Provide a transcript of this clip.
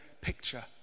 picture